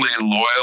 loyal